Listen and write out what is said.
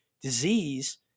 disease